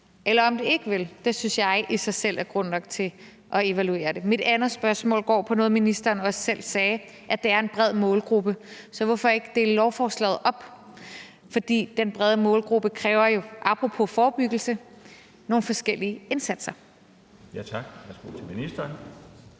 eller om det ikke vil, synes jeg i sig selv er grund nok til at evaluere det. Mit andet spørgsmål går på noget, ministeren også selv sagde, nemlig at det er en bred målgruppe, så hvorfor ikke dele lovforslaget op? For den brede målgruppe kræver jo apropos forebyggelse nogle forskellige indsatser. Kl. 12:44 Den fg. formand